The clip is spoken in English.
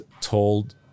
told